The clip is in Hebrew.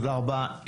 תודה רבה.